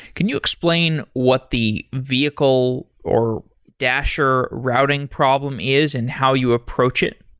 can you explain what the vehicle or dasher routing problem is and how you approach it?